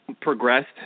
progressed